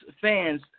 fans